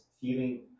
feeling